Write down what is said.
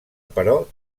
però